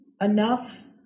enough